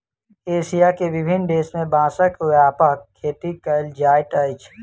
Asia के विभिन्न देश में बांसक व्यापक खेती कयल जाइत अछि